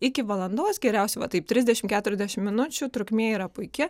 iki valandos geriausia va taip trisdešim keturiasdešim minučių trukmė yra puiki